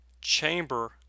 Chamber